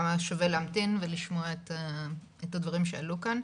היה שווה להמתין ולשמוע את הדברים שעלו כאן.